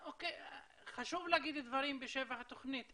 חשוב להגיד דברים בשבח התוכנית,